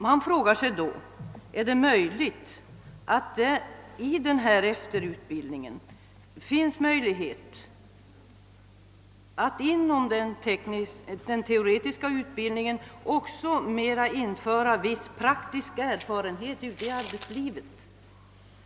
Man frågar sig då: Är det möjligt att i efterutbildningen ge eleverna en viss praktisk erfarenhet av arbetslivet samtidigt som de får teoretisk utbildning?